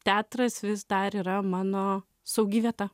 teatras vis dar yra mano saugi vieta